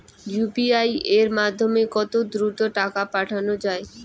UPI এর মাধ্যমে কত দ্রুত টাকা পাঠানো যায়?